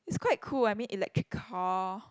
is quite cool I mean electric car